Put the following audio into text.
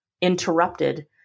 interrupted